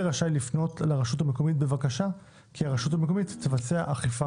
לפנות לרשות המקומית בבקשה כי הרשות המקומית תבצע אכיפה